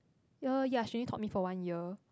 ya ya she only taught me for one year